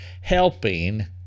helping